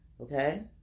okay